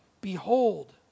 behold